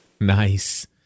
Nice